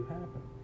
happen